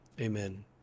Amen